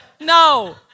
No